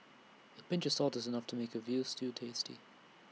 A pinch of salt is enough to make A Veal Stew tasty